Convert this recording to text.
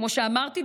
כמו שאמרתי,